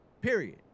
Period